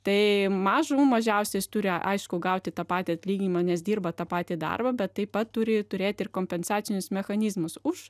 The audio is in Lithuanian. tai mažų mažiausiai jis turi aišku gauti tą patį atlyginimą nes dirba tą patį darbą bet taip pat turi turėt ir kompensacinius mechanizmus už